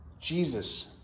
Jesus